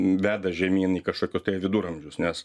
veda žemyn į kažkokius viduramžius nes